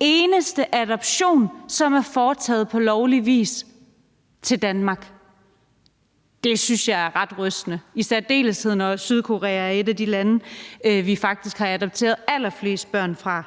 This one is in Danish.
eneste adoption til Danmark, som er foretaget på lovlig vis. Det synes jeg er ret rystende, i særdeleshed når Sydkorea er et af de lande, vi faktisk har adopteret allerflest børn fra.